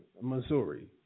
Missouri